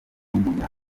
umunya